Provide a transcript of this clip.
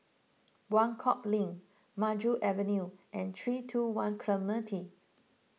Buangkok Link Maju Avenue and three two one Clementi